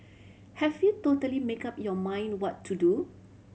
have we totally make up your mind what to do